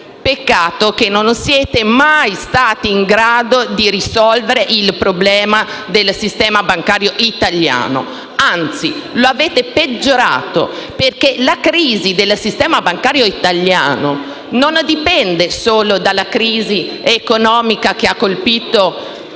Peccato che non siete mai stati in grado di risolvere il problema del sistema bancario italiano: anzi, lo avete peggiorato. La crisi del sistema bancario italiano non dipende solo dalla crisi economica che ha colpito